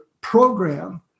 program